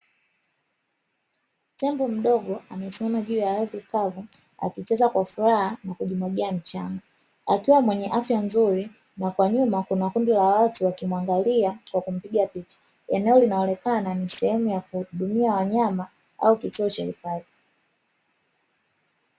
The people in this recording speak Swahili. Tembo mdogo amesema juu ya ardhi kavu akicheza kwa furaha na kujimwagia mchanga, akiwa mwenye afya nzuri na kwa nyuma kuna kundi la watu wakimwangalia kwa kumpiga picha. Eneo linaonekana ni sehemu ya kuhudumia wanyama au kituo cha hifadhi.